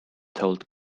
told